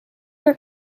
were